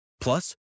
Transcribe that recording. Plus